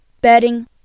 bedding